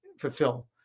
fulfill